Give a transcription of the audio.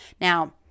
Now